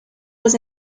was